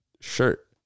shirt